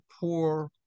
poor